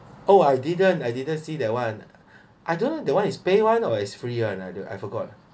oh I didn't I didn't see that one I don't know that one is pay one or is free one I forgot